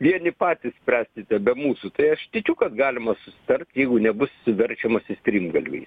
vieni patys spręskite be mūsų tai aš tikiu kad galima susitart jeigu nebus verčiamasi strimgalviais